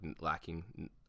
lacking